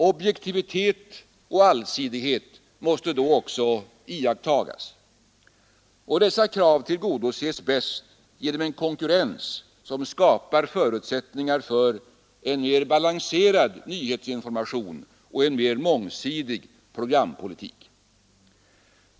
Objektivitet och allsidighet måste då också iakttas. Och dessa krav tillgodoses bäst genom en konkurrens som skapar förutsättningar för en mer balanserad nyhetsinformation och en mer mångsidig programpolitik.